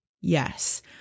yes